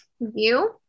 view